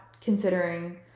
considering